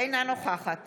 אינה נוכחת